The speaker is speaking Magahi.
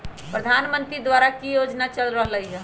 प्रधानमंत्री द्वारा की की योजना चल रहलई ह?